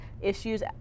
issues